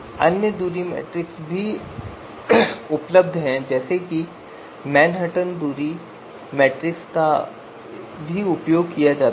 अन्य दूरी मीट्रिक भी हैं जैसे मैनहट्टन दूरी इसका भी उपयोग किया जाता है